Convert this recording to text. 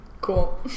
Cool